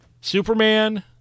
Superman